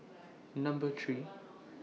Number three